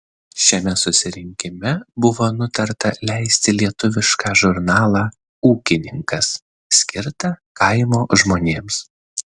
šiame susirinkime buvo nutarta leisti lietuvišką žurnalą ūkininkas skirtą kaimo žmonėms